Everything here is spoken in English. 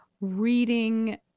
reading